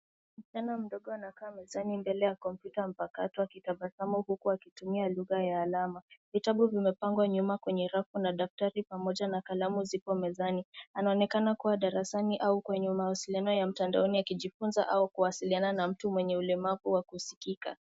Msichana mdogo anakaa mezani mbele ya kompyuta mpakato akitabasamu kubwa akitumia lugha ya alama . Vitabu vimepangwa nyuma kwenye rafu na daftari pamoja na kalamu ziko mezani . Anaoenekana kuwa darasani au kwenye mawasiliano ya mtandaoni akijifunza au kuwasiliana na mtu mwenye ulemavu wa kuskiza.